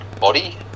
body